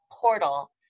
portal